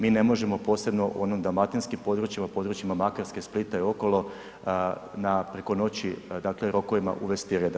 Mi ne možemo posebno u onim dalmatinskim područjima, područjima Makarske, Splita i okolo preko noći dakle rokovima uvesti reda.